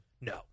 No